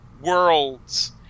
worlds